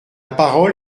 parole